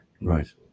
Right